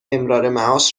امرارمعاش